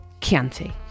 Chianti